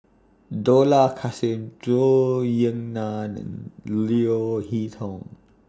Dollah Kassim Zhou Ying NAN and Leo Hee Tong